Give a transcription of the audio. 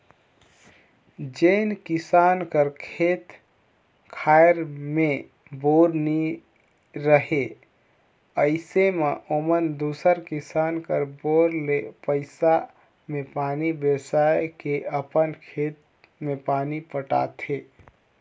जेन किसान कर खेत खाएर मे बोर नी रहें अइसे मे ओमन दूसर किसान कर बोर ले पइसा मे पानी बेसाए के अपन खेत मे पानी पटाथे